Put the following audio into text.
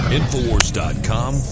Infowars.com